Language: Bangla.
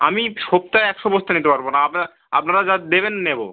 আমি সবটা একশো বস্তা নিতে পারবো না আপনারা আপনারা যা দেবেন নেবো